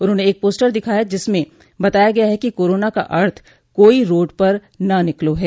उन्हाने एक पोस्टर दिखाया जिसमें बताया गया है कि कोरोना का अर्थ कोई रोड पर ना निकलो है